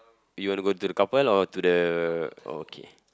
you want to go into the couple or to the okay